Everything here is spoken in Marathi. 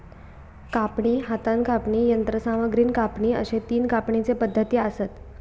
कापणी, हातान कापणी, यंत्रसामग्रीन कापणी अश्ये तीन कापणीचे पद्धती आसत